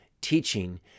teaching